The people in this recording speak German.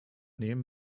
nehmen